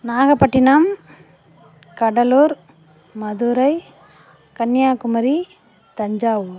Nagapattinam Cuddalore Madurai Kanyakumari Thanjavur